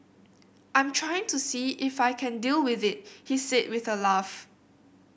I'm trying to see if I can deal with it he said with a laugh